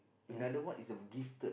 another one is a gifted